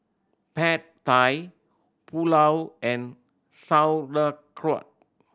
Pad Thai Pulao and Sauerkraut